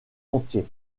entier